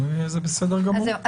זה בסדר גמור.